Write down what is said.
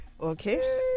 Okay